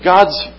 God's